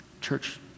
Church